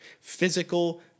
physical